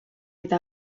eta